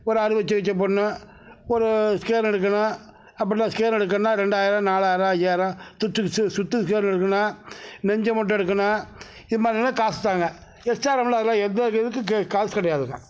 ஒரு அறுவை சிகிச்சை பண்ண ஒரு ஸ்கேன் எடுக்கணும் அப்படினா ஸ்கேன் எடுக்கணும்னா ரெண்டாயிரம் நாலாயிரம் ஐயாயிரம் சுற்று சுற்றுது ஸ்கேன் எடுக்கணும்னா நெஞ்சை மட்டும் எடுக்கணும்னா இது மாதிரியெல்லாம் காசு தாங்க எஸ்ஆர்எம்மில் ஆனால் எந்த இதுக்கும் காசு கிடையாதுங்க